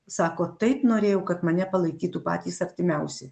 sako taip norėjau kad mane palaikytų patys artimiausi